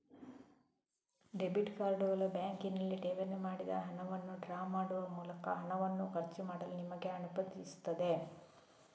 debit ಕಾರ್ಡುಗಳು ಬ್ಯಾಂಕಿನಲ್ಲಿ ಠೇವಣಿ ಮಾಡಿದ ಹಣವನ್ನು ಡ್ರಾ ಮಾಡುವ ಮೂಲಕ ಹಣವನ್ನು ಖರ್ಚು ಮಾಡಲು ನಿಮಗೆ ಅನುಮತಿಸುತ್ತವೆ